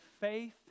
faith